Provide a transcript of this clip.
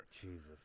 Jesus